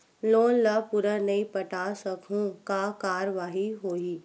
Loan ला पूरा नई पटा सकहुं का कारवाही होही?